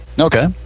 Okay